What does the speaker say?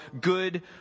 good